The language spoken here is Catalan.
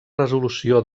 resolució